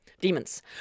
demons